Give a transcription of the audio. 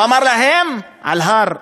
הוא אמר להם על הר,